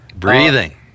Breathing